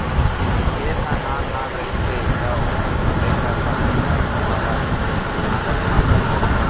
खेत ह नान नान रहिथे त ओखर जोतई ल कमती नस वाला नांगर म करथे